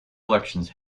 elections